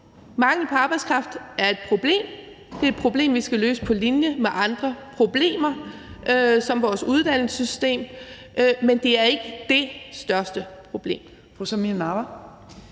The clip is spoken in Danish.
Mangel på arbejdskraft er et problem. Det er et problem, vi skal løse på linje med andre problemer som vores uddannelsessystem, men det er ikke dét største problem.